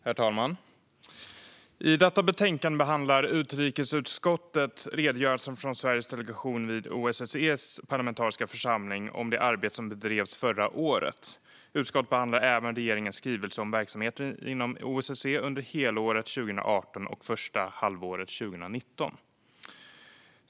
Herr talman! I detta betänkande behandlar utrikesutskottet redogörelsen från Sveriges delegation vid OSSE:s parlamentariska församling för det arbete som bedrevs förra året. Utskottet behandlar även regeringens skrivelse om verksamheten inom OSSE under helåret 2018 och det första halvåret 2019.